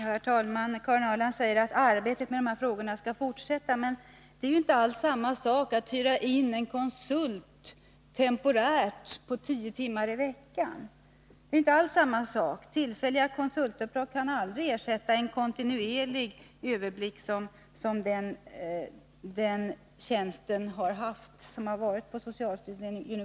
Herr talman! Karin Ahrland säger att arbetet med de här frågorna skall fortsätta. Men det är ju inte alls samma sak att hyra in en konsult temporärt tio timmar i veckan -— tillfälliga konsultuppdrag kan aldrig ersätta den kontinuerliga överblick som man fått från den gynekologtjänst som funnits på socialstyrelsen.